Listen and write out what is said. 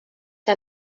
que